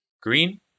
Green